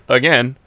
again